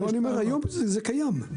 זה קיים.